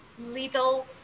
little